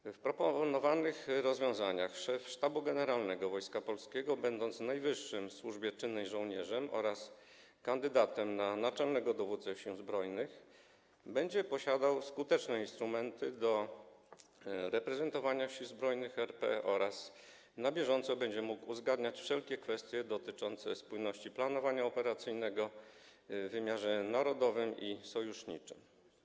Zgodnie z proponowanymi rozwiązaniami szef Sztabu Generalnego Wojska Polskiego, będąc najwyższym w służbie czynnej żołnierzem oraz kandydatem na naczelnego dowódcę Sił Zbrojnych, będzie posiadał skuteczne instrumenty do reprezentowania Sił Zbrojnych RP oraz będzie mógł na bieżąco uzgadniać wszelkie kwestie dotyczące spójności planowania operacyjnego w wymiarze narodowym i sojuszniczym.